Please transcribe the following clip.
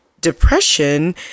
depression